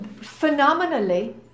phenomenally